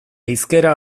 hizkera